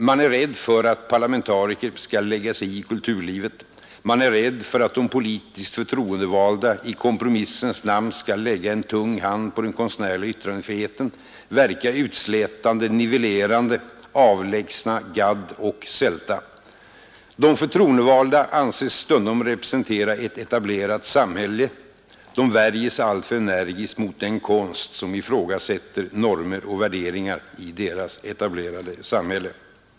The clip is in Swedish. Man är rädd för att parlamentariker skall lägga sig i kulturlivet, man är rädd för att de politiskt förtroendevalda i kompromissens namn skall lägga en tung hand på den konstnärliga yttrandefriheten, verka utslätande, nivellerande, avlägsna gadd och sälta. De förtroendevalda anses stundom representera ett etablerat samhälle, de värjer sig alltför energiskt mot den konst som ifrågasätter normer och värderingar i deras etablerade samhälle.